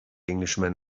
englishman